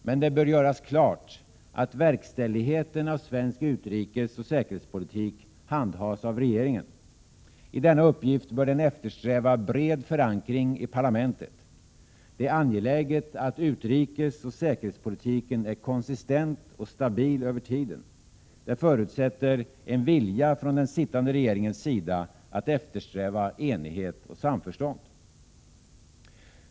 Men det bör göras klart, att verkställigheten av svensk utrikesoch säkerhetspolitik handhas av regeringen. I denna uppgift bör den eftersträva bred förankring i parlamentet. Det är angeläget, att utrikesoch säkerhetspolitiken är konsistent och stabil över tiden. Det förutsätter en vilja från den sittande regeringens sida att eftersträva enighet och samförstånd.